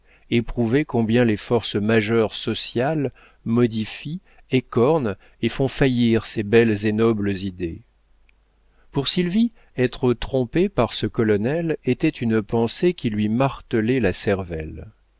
éprouvé combien les forces majeures sociales modifient écornent et font faillir ces belles et nobles idées pour sylvie être trompée par ce colonel était une pensée qui lui martelait la cervelle